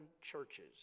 churches